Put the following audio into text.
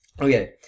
Okay